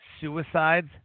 suicides